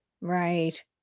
Right